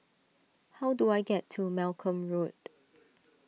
how do I get to Malcolm Road